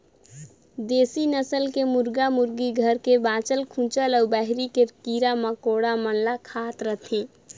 देसी नसल के मुरगा मुरगी घर के बाँचल खूंचल अउ बाहिर के कीरा मकोड़ा मन ल खात रथे